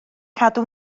cadw